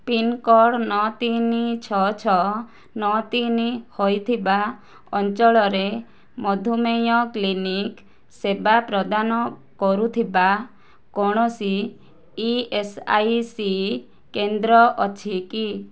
pincode ନଅ ତିନି ଛଅ ଛଅ ନଅ ତିନି ହୋଇଥିବା ଅଞ୍ଚଳରେ ମଧୁମେହ କ୍ଲିନିକ୍ ସେବା ପ୍ରଦାନ କରୁଥିବା କୌଣସି ଇଏସ୍ଆଇସି କେନ୍ଦ୍ର ଅଛି କି